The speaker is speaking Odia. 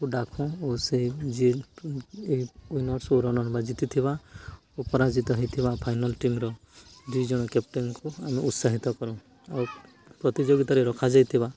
ଓ ଡାକୁ ଓ ସେ ଯିଏ ୱିନରସ୍ ରନର୍ ବା ଜିତିଥିବା ବା ପରାଜିିତ ହୋଇଥିବା ଫାଇନାଲ୍ ଟିମ୍ର ଦୁଇ ଜଣ କ୍ୟାପ୍ଟେନକୁ ଆମେ ଉତ୍ସାହିତ କରୁ ଆଉ ପ୍ରତିଯୋଗିତାରେ ରଖାଯାଇଥିବା